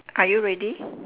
are you ready